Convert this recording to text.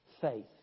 faith